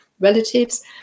relatives